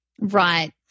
Right